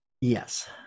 Yes